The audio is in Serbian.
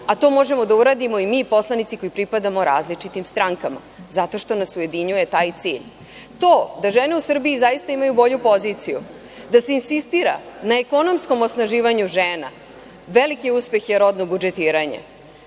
a to možemo da uradimo i mi, poslanici koji pripadamo različitim strankama, zato što nas ujedinjuje taj cilj. To da žene u Srbiji zaista imaju bolju poziciju, da se insistira na ekonomskom osnaživanju žena veliki uspeh je rodno budžetiranje.